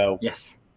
Yes